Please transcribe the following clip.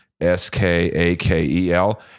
S-K-A-K-E-L